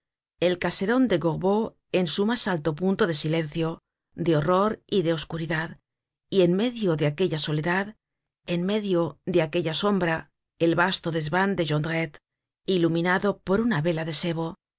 el caseron de gorbeau en su mas alto punto de silencio de horror y de oscuridad y en medio de aquella soledad en medio de aquella sombra el vasto desvan de jondrette iluminado por una vela de sebo